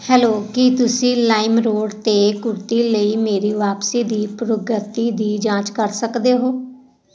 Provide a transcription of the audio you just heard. hello ਕੀ ਤੁਸੀਂ LimeRoad ਤੇ ਕੁਰਤੀ ਲਈ ਮੇਰੀ ਵਾਪਸੀ ਦੀ ਪ੍ਰਗਤੀ ਦੀ ਜਾਂਚ ਕਰ ਸਕਦੇ ਹੋ